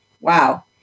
Wow